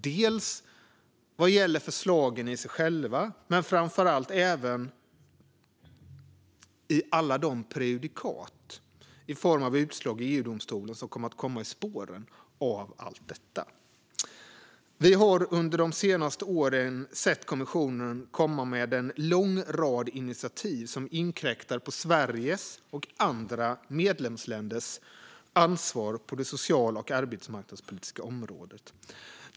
Det gäller förslagen i sig själva men framför allt även alla de prejudikat i form av utslag i EU-domstolen som kommer att komma i spåren av allt detta. Vi har under de senaste åren sett kommissionen komma med en lång rad initiativ som inkräktar på Sveriges och andra medlemsländers ansvar på det sociala och arbetsmarknadspolitiska området.